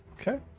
Okay